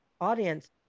audience